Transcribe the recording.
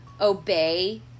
obey